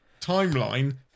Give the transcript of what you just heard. timeline